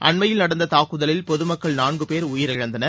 அண்மையில் நடந்த தாக்குதலில் பொது மக்கள் நான்கு பேர் உயிரிழந்தனர்